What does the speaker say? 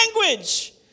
language